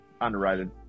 underrated